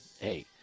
hey